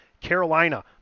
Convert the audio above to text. Carolina